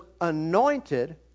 anointed